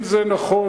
אם זה נכון,